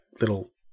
little